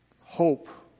hope